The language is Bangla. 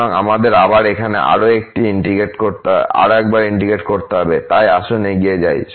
সুতরাং আমাদের আবার এখানে আরও একবার ইন্টিগ্রেট করতে হবে তাই আসুন এগিয়ে যাই